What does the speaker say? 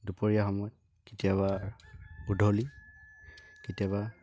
দুপৰীয়া সময় কেতিয়াবা গধূলি কেতিয়াবা